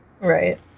Right